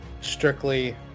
strictly